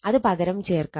അത് പകരം ചേർക്കാം